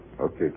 Okay